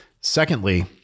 Secondly